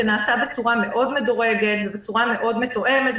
זה נעשה בצורה מאוד מדורגת ובצורה מאוד מתואמת.